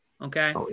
Okay